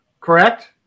correct